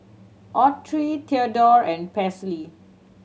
Autry Theadore and Paisley